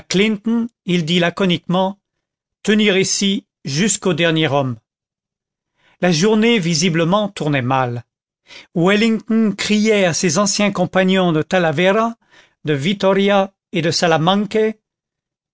il dit laconiquement tenir ici jusqu'au dernier homme la journée visiblement tournait mal wellington criait à ses anciens compagnons de talavera de vitoria et de salamanque